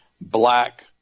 Black